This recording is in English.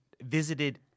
visited